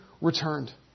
returned